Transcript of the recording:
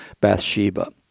Bathsheba